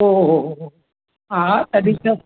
ओ हो हो हा तॾहिं त